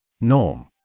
Norm